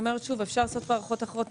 אפשר לעשות פה הערכות אחרות.